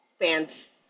fans